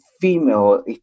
female